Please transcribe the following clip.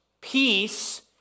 peace